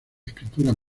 escrituras